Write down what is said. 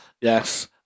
Yes